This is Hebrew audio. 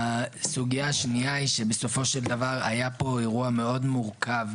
הסוגיה השנייה היא שבסופו של דבר היה פה אירוע מאוד מורכב,